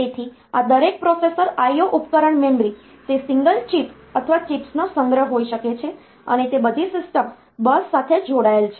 તેથી આ દરેક પ્રોસેસર IO ઉપકરણ મેમરી તે સિંગલ ચિપ અથવા ચિપ્સનો સંગ્રહ હોઈ શકે છે અને તે બધી સિસ્ટમ બસ સાથે જોડાયેલ છે